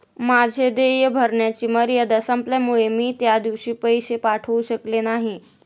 माझे देय भरण्याची मर्यादा संपल्यामुळे मी त्या दिवशी पैसे पाठवू शकले नाही